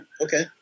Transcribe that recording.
Okay